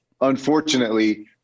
Unfortunately